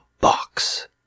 box